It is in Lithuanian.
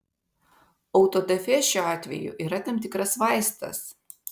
autodafė šiuo atveju yra tam tikras vaistas